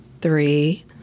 three